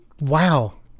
wow